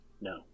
No